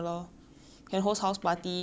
each of you all can get one room